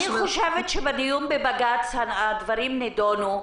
אני חושבת שבדיון בבג"ץ הדברים נדונו,